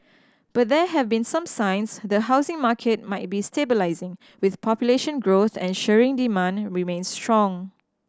but there have been some signs the housing market might be stabilising with population growth ensuring demand remains strong